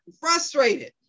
frustrated